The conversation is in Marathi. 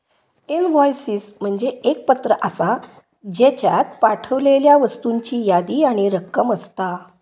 इनव्हॉयसिस म्हणजे एक पत्र आसा, ज्येच्यात पाठवलेल्या वस्तूंची यादी आणि रक्कम असता